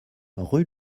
rue